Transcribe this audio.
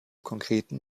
konkreten